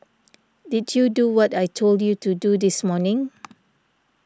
did you do what I told you to do this morning